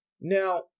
Now